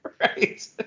Right